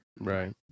Right